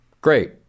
great